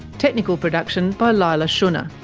technical production by leila shunnar,